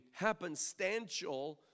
happenstantial